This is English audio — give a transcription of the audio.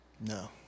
No